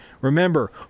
Remember